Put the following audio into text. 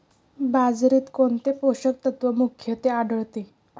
बाजरीत कोणते पोषक तत्व मुख्यत्वे आढळते?